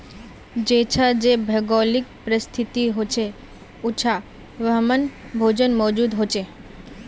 जेछां जे भौगोलिक परिस्तिथि होछे उछां वहिमन भोजन मौजूद होचे